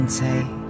take